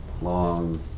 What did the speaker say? long